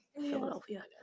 Philadelphia